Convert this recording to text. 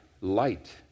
light